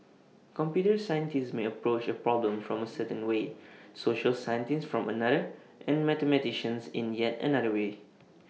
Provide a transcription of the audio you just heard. computer scientists may approach A problem from A certain way social scientists from another and mathematicians in yet another way